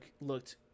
looked